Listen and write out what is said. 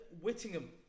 Whittingham